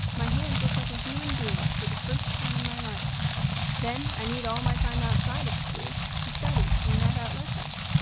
my hands look like a human being's for the first time in my life then i need all my time outside of school to study and map out lessons.